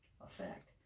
effect